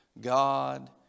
God